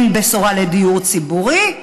אין בשורה לדיור ציבורי,